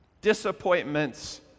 disappointments